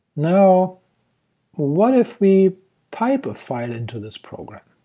now what if we pipe a file into this program?